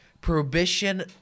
prohibition